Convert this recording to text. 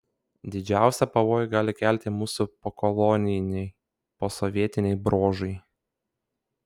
didžiausią pavojų gali kelti mūsų pokolonijiniai posovietiniai bruožai